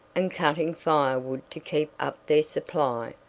and cutting firewood to keep up their supply,